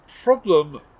problem